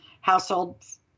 Households